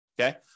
Okay